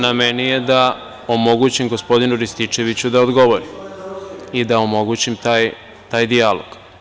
Na meni je da omogućim gospodinu Rističeviću da odgovori i da omogućim taj dijalog.